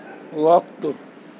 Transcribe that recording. وقت